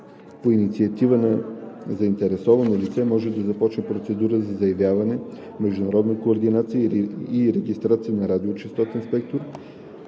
по инициатива на заинтересовано лице може да започне процедура за заявяване, международна координация и регистрация на радиочестотен спектър,